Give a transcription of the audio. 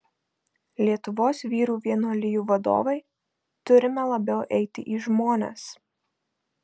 lietuvos vyrų vienuolijų vadovai turime labiau eiti į žmones